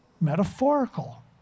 metaphorical